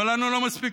אבל לנו לא מספיק.